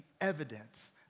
evidence